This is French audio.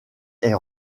est